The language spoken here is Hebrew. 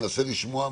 מנסה לשמוע,